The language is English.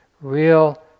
real